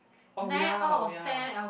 oh ya oh ya